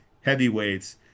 heavyweights